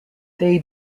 they